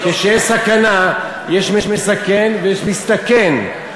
כשיש סכנה, יש מסכן ויש מסתכן.